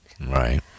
Right